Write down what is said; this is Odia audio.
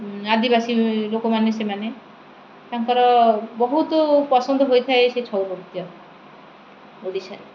ଆଦିବାସୀ ଲୋକମାନେ ସେମାନେ ତାଙ୍କର ବହୁତ ପସନ୍ଦ ହୋଇଥାଏ ସେ ଛଉ ନୃତ୍ୟ ଓଡ଼ିଶାରେ